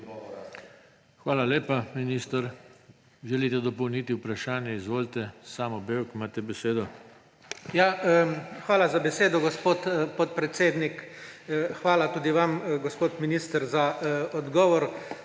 Hvala lepa, minister. Želite dopolniti vprašanje? Izvolite, Samo Bevk, imate besedo. SAMO BEVK (PS SD): Hvala za besedo, gospod podpredsednik. Hvala tudi vam, gospod minister, za odgovor.